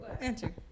Answer